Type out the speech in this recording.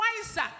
wiser